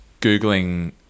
googling